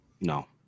No